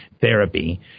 therapy